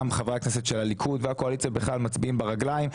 חברי הכנסת של הליכוד והקואליציה בכלל מצביעים ברגליים,